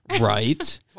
Right